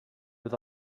with